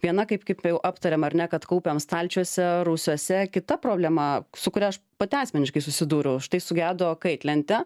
viena kaip kaip jau aptarėm ar ne kad kaupiam stalčiuose rūsiuose kita problema su kuria aš pati asmeniškai susidūriau štai sugedo kaitlentė